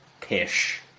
pish